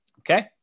Okay